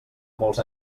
molts